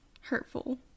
hurtful